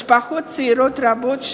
משפחות צעירות רבות,